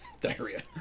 Diarrhea